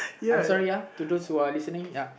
I'm sorry uh to those who are listening ya